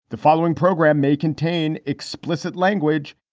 the following program may contain explicit language